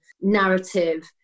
narrative